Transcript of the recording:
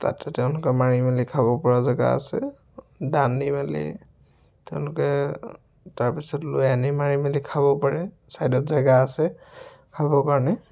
তাতে তেওঁলোকে মাৰি মেলি খাব পৰা জেগা আছে দান দি মেলি তেওঁলোকে তাৰপিছত লৈ আনি মাৰি মেলি খাব পাৰে ছাইদত জেগা আছে খাবৰ কাৰণে